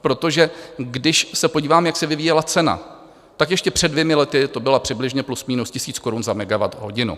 Protože když se podívám, jak se vyvíjela cena, tak ještě před dvěma lety to bylo přibližně plus minus 1 000 korun za megawatthodinu.